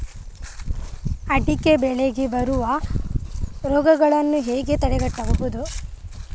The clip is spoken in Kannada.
ಅಡಿಕೆ ಬೆಳೆಗೆ ಬರುವ ರೋಗಗಳನ್ನು ಹೇಗೆ ತಡೆಗಟ್ಟಬಹುದು?